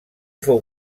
fou